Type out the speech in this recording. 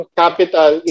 capital